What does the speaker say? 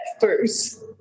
first